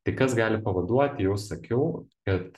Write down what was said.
tai kas gali pavaduoti jau sakiau kad